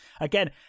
Again